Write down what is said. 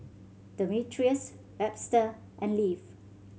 Demetrius Webster and Leif